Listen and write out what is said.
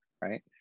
right